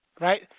Right